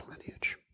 lineage